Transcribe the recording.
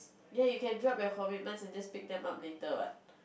ya you can drop your commitments and then just pick them up later what